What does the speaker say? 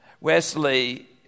Wesley